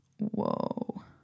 whoa